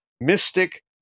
mystic